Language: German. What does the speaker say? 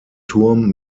turm